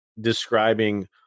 describing